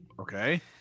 okay